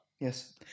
Yes